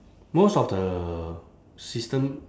most of the system